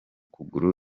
kugura